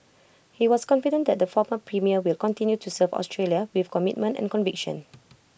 he was confident that the former premier will continue to serve Australia with commitment and conviction